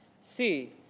see,